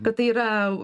kad tai yra